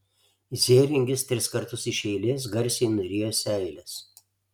zėringis tris kartus iš eilės garsiai nurijo seiles